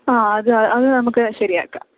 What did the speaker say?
ആ അത് അത് നമുക്ക് ശരിയാക്കാം